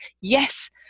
Yes